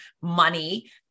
money